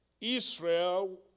Israel